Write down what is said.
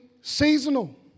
seasonal